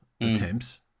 attempts